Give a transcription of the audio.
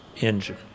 engine